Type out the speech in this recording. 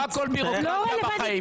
לא הכול זה ביורוקרטיה בחיים,